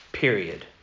Period